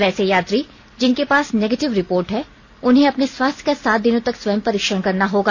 वैसे यात्री जिनके पास नेगेटिव रिपोर्ट है उन्हें अपने स्वास्थ्य का सात दिनों तक स्वयं परीक्षण करना होगा